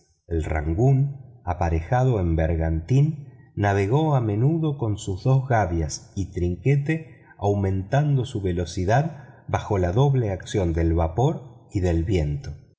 el rangoon aparejado en bergantín navegó a menudo con sus dos gavias y trinquete aumentando su velocidad bajo la doble acción del vapor y del viento